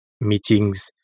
meetings